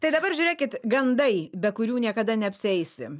tai dabar žiūrėkit gandai be kurių niekada neapsieisi